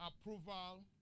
approval